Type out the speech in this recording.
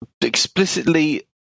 explicitly